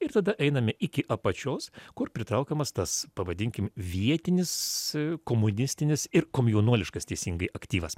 ir tada einame iki apačios kur pritraukiamas tas pavadinkim vietinis komunistinis ir komjaunuoliškas teisingai aktyvas